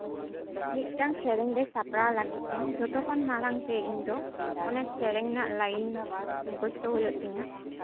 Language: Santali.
ᱢᱤᱫᱴᱟᱱ ᱥᱮᱨᱮᱧ ᱨᱮ ᱥᱟᱯᱲᱟᱣ ᱞᱟᱹᱜᱤᱫ ᱛᱮ ᱡᱷᱚᱛᱚᱠᱷᱚ ᱢᱟᱲᱟᱝ ᱛᱮ ᱤᱧ ᱫᱚ ᱚᱱᱟ ᱥᱮᱨᱮᱧ ᱨᱮᱱᱟᱜ ᱞᱟᱭᱤᱱ ᱢᱩᱠᱷᱚᱥᱛᱚ ᱦᱩᱭᱩᱜ ᱛᱤᱧᱟᱹ